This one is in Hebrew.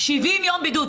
70 יום בידוד.